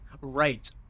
Right